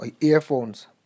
earphones